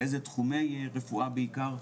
באיזה תחומי רפואה בעיקר.